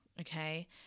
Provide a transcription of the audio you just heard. okay